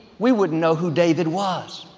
we wouldn't know who david was.